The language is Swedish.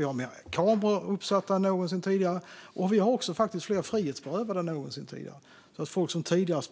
Vi har mer kameror uppsatta än någonsin tidigare. Vi har faktiskt också fler frihetsberövade än någonsin tidigare. Folk som tidigare